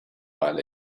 but